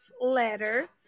letter